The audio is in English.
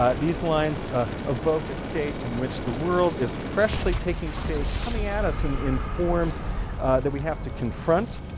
ah these lines ah evoke a state in which the world is freshly taking shape, coming at us and in forms that we have to confront,